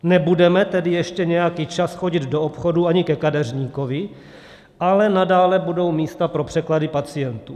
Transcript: Nebudeme tedy ještě nějaký čas chodit do obchodů ani ke kadeřníkovi, ale nadále budou místa pro překlady pacientů.